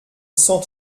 cent